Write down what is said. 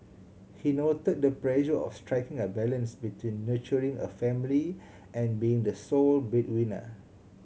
he noted the pressure of striking a balance between nurturing a family and being the sole breadwinner